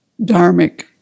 dharmic